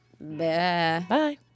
Bye